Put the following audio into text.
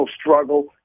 struggle